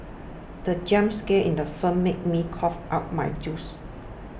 the jump scare in the film made me cough out my juice